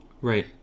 Right